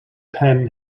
penn